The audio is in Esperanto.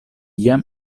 jam